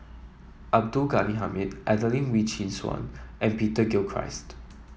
Abdul Ghani Hamid Adelene Wee Chin Suan and Peter Gilchrist